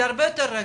זה הרבה יותר רגיש,